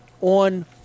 on